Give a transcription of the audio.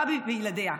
בה ובילדיה.